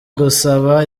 gusaba